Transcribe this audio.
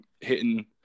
hitting